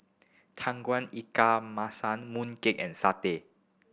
Tauge Ikan Masin mooncake and satay